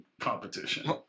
competition